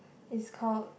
it's called